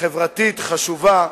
חברתית חשובה,